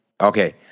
Okay